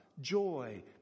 joy